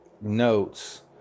notes